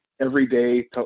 everyday